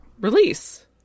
release